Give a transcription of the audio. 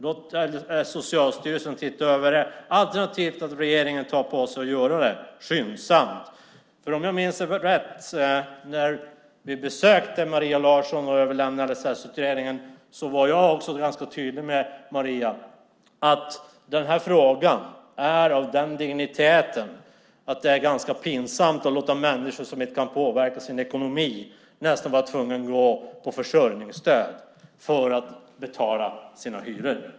Låt Socialstyrelsen titta över det, alternativt att regeringen tar på sig att göra det skyndsamt. För om jag minns rätt var jag också ganska tydlig med, när vi besökte Maria Larsson och överlämnade LSS-utredningen, att den här frågan är av den digniteten att det är ganska pinsamt att låta människor som inte kan påverka sin ekonomi nästan vara tvungna att gå på försörjningsstöd för att betala sina hyror.